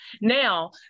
Now